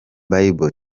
bible